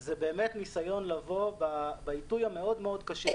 זה באמת ניסיון לבוא בעיתוי הקשה מאוד הזה